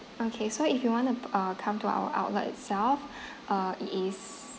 okay so if you want to uh come to our outlet itself uh it is